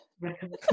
recommend